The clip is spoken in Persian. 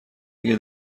اگه